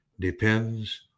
depends